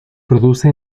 produce